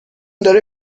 داره